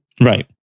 Right